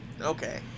okay